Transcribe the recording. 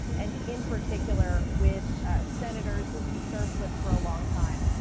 and, in particular, with senators who he served with for a long time.